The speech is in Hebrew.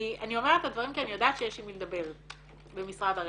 אני אומרת את הדברים כי אני יודעת שיש עם מי לדבר במשרד הרווחה.